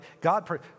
God